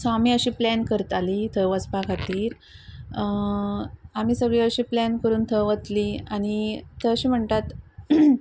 so आमी अशी plan करताली थंय वचपा खातीर आमी सगळीं अशी प्लॅन करून थंय वचली आनी थंय अशें म्हणटात